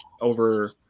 over